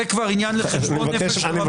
זה כבר עניין לחשבון נפש דרמטי.